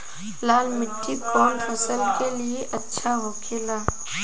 लाल मिट्टी कौन फसल के लिए अच्छा होखे ला?